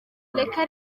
reka